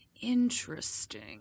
Interesting